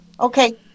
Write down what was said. Okay